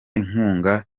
inkunga